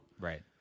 right